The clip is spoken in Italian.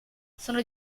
sono